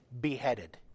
beheaded